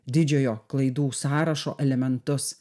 didžiojo klaidų sąrašo elementus